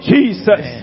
Jesus